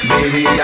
Baby